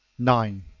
nine.